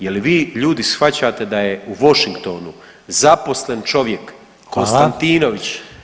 Je li vi ljudi shvaćate da je u Washingtonu zaposlen čovjek Konstantinović